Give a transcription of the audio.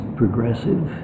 progressive